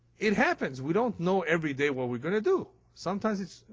it happens, we don't know every day what we're going to do sometimes it's,